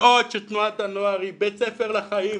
בעוד שתנועת הנוער היא בית ספר לחיים,